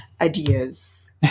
ideas